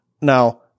Now